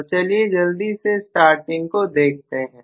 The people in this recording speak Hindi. तो चलिए जल्दी से स्टार्टिंग को देखते हैं